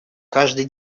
каждый